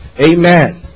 Amen